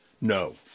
No